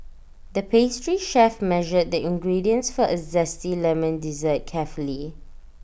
the pastry chef measured the ingredients for A Zesty Lemon Dessert carefully